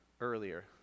earlier